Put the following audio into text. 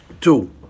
two